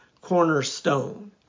cornerstone